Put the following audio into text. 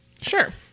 sure